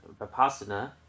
vipassana